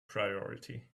priority